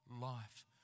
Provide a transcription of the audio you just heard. life